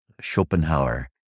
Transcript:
Schopenhauer